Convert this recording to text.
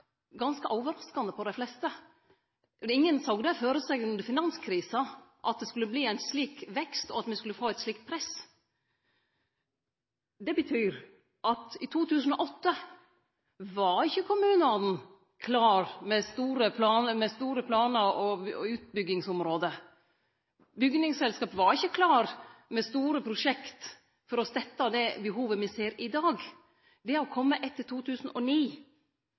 ganske overraskande på dei fleste. Men ingen såg det føre seg under finanskrisa at det skulle verte ein slik vekst, og at me skulle få eit slikt press. Det betyr at i 2008 var ikkje kommunane klare med store planar og utbyggingsområde. Bygningsselskap var ikkje klare med store prosjekt for å støtte det behovet me ser i dag. Det har kome etter 2009.